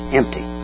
empty